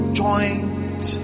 joint